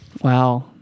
Wow